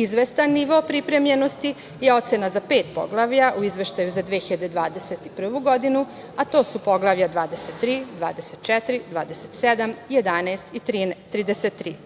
„Izvestan nivo pripremljenosti“ je ocena za pet poglavlja u Izveštaju za 2021. godinu, a to su poglavlja 23, 24, 27, 11 i